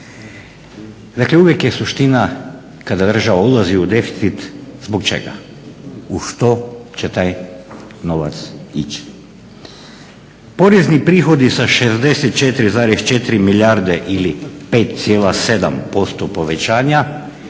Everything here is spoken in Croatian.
Dakle, uvijek je suština kada država ulazi u deficit zbog čega, u što će taj novac ići. Porezni prihodi sa 64,4 milijarde ili 5,7% povećanja